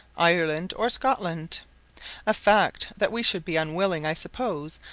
ireland, or scotland a fact that we should be unwilling, i suppose,